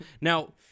now